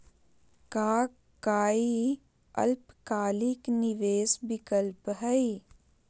का काई अल्पकालिक निवेस विकल्प हई?